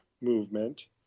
movement